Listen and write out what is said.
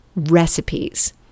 recipes